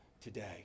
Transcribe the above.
today